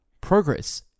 progress